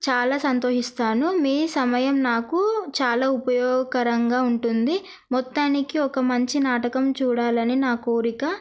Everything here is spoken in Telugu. చాలా సంతోషిస్తాను మీ సమయం నాకు చాలా ఉపయోగకరంగా ఉంటుంది మొత్తానికి ఒక మంచి నాటకం చూడాలని నా కోరిక